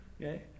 Okay